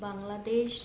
Bangladesh